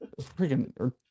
Freaking